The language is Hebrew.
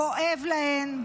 כואב להן,